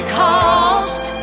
cost